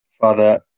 Father